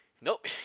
nope